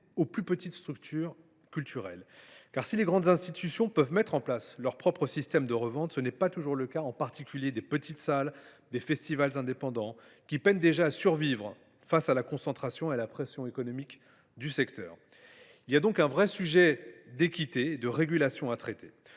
aux plus petites structures culturelles. Si les grandes institutions peuvent mettre en place leur propre système de revente, ce n’est pas toujours le cas des petites salles et des festivals indépendants, qui peinent déjà à survivre face à la concentration et à la pression économique du secteur. Il y a donc un véritable enjeu d’équité et de régulation à traiter.